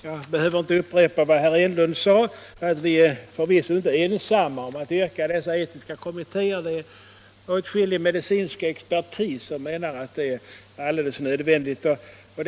Jag behöver inte upprepa vad herr Enlund sade, att vi förvisso inte är ensamma om att yrka på dessa etiska kommittéer. Åtskillig medicinsk expertis menar att sådana kommittéer är helt nödvändiga.